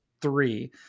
three